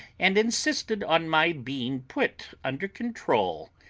and insisted on my being put under control.